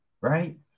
right